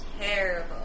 terrible